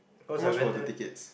how much were the tickets